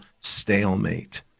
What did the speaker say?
stalemate